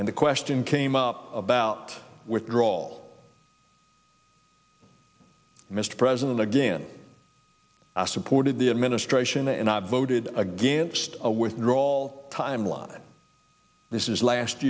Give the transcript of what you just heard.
and the question came up about withdrawal mr president again i supported the administration and i voted against a withdrawal timeline and this is last